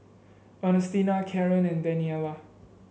Ernestina Karen and Daniela